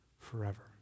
forever